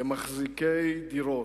למחזיקי דירות,